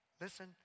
listen